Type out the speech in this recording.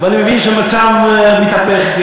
ואני מבין שהמצב מתהפך,